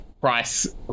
price